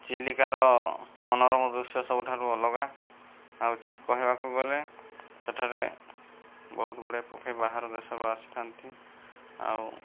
ଚିଲିକାର ମନୋରମ ଦୃଶ୍ୟ ସବୁଠାରୁ ଅଲଗା ଆଉ କହିବାକୁ ଗଲେ ସେଠାରେ ବହୁତ ଗୁଡ଼ିଏ ପକ୍ଷୀ ବାହାର ଦେଶରୁ ଆସିଥାନ୍ତି ଆଉ